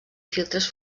filtres